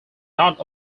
not